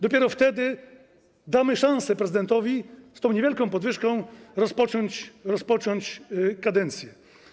Dopiero wtedy damy szansę prezydentowi z tą niewielka podwyżką rozpocząć kadencję.